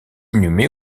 inhumée